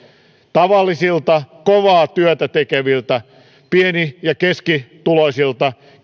tavallisilta kovaa työtä tekevil tä pieni ja keskituloisilta